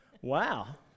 Wow